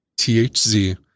THZ